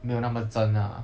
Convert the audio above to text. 没有那么真 ah